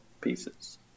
pieces